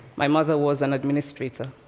my mother was an administrator.